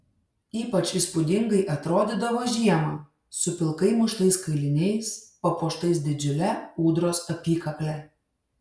ypač įspūdingai atrodydavo žiemą su pilkai muštais kailiniais papuoštais didžiule ūdros apykakle